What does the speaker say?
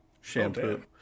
shampoo